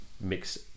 mix